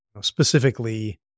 specifically